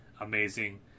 amazing